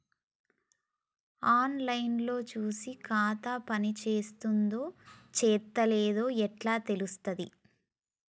On line లో చూసి ఖాతా పనిచేత్తందో చేత్తలేదో ఎట్లా తెలుత్తది?